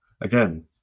again